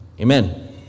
Amen